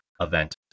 event